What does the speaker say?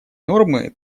нормы